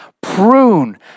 prune